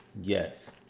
Yes